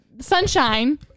sunshine